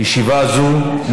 ישיבה זו